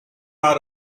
are